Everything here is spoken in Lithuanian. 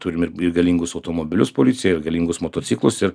turim ir galingus automobilius policija ir galingus motociklus ir